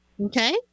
Okay